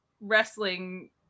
wrestling